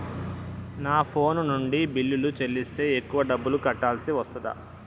నా ఫోన్ నుండి బిల్లులు చెల్లిస్తే ఎక్కువ డబ్బులు కట్టాల్సి వస్తదా?